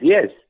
Yes